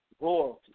royalty